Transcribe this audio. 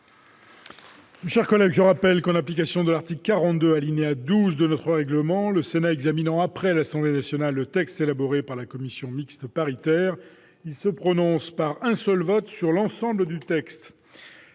mixte paritaire. Je rappelle que, en application de l'article 42, alinéa 12, du règlement, le Sénat, lorsqu'il examine après l'Assemblée nationale le texte élaboré par la commission mixte paritaire, se prononce par un seul vote sur l'ensemble du texte.